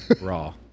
raw